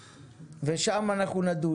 שם אנחנו נדון,